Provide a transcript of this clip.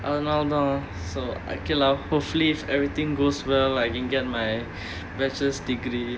அது நாலா தான்:athu naala thaan so okay lah hopefully everything goes well I can get my bachelor's degree